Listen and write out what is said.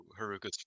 Haruka's